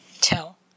tell